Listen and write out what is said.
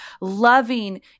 loving